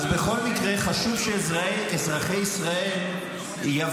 אז בכל מקרה חשוב שאזרחי ישראל יבינו,